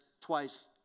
twice